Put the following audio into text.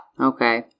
Okay